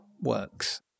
works